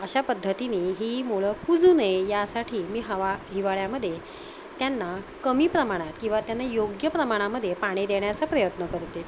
अशा पद्धतीने ही मुळं कुजू नये यासाठी मी हवा हिवाळ्यामध्ये त्यांना कमी प्रमाणात किंवा त्यांना योग्य प्रमाणामध्ये पाणी देण्याचा प्रयत्न करते